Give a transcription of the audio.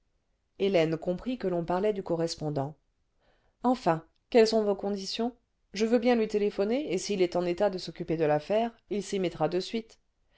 hélène comprit que l'on parlait du correspondant enfin quelles sont vos conditions je veux bien lui téléphoner et s'il est en état cle s'occuper de l'affaire il s'y mettra de suite